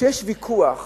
כשיש ויכוח